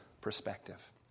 perspective